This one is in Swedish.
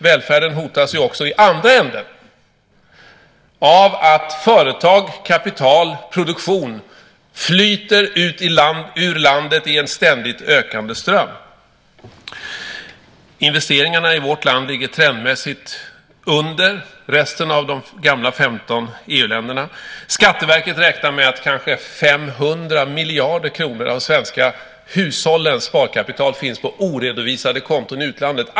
Välfärden hotas ju också i andra ändan av att företag, kapital och produktion flyter ut ur landet i en ständigt ökande ström. Investeringarna i vårt land ligger trendmässigt under resten av de 15 gamla EU-länderna. Skatteverket räknar med att kanske 500 miljarder kronor av de svenska hushållens sparkapital finns på oredovisade konton i utlandet.